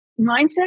Mindset